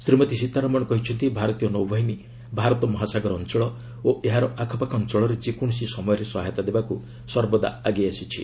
ଶ୍ରୀମତୀ ସୀତାରମଣ କହିଛନ୍ତି ଭାରତୀୟ ନୌବାହିନୀ ଭାରତ ମହାସାଗର ଅଞ୍ଚଳ ଓ ଆଖପାଖ ଅଞ୍ଚଳରେ ଯେକୌଣସି ସମୟରେ ସହାୟତା ଦେବାକୁ ସର୍ବଦା ଆଗେଇ ଆସିଛି